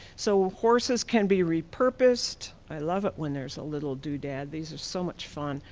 so horses can be re-purposed. i love it when there's a little doodad. this is so much fun.